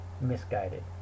misguided